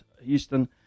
Houston